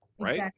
Right